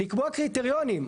לקבוע קריטריונים.